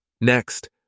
Next